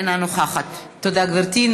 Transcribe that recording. אינה נוכחת תודה, גברתי.